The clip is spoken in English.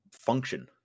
function